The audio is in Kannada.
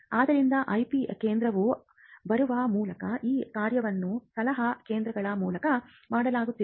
ಆದ್ದರಿಂದ IP ಕೇಂದ್ರವು ಬರುವ ಮೊದಲು ಈ ಕಾರ್ಯವನ್ನು ಸಲಹಾ ಕೇಂದ್ರಗಳ ಮೂಲಕ ಮಾಡಲಾಗುತ್ತಿತ್ತು